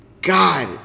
God